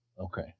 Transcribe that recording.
Okay